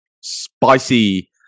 spicy